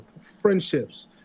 friendships